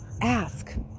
ask